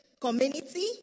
community